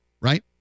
Right